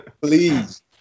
Please